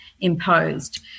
imposed